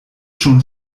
schon